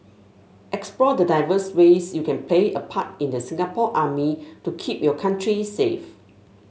explore the diverse ways you can play a part in the Singapore Army to keep your country safe